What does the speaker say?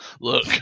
Look